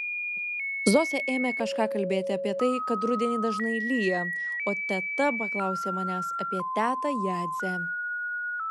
zosė ėmė kažką kalbėti apie tai kad rudenį dažnai lyja o teta paklausė manęs apie tetą jadzę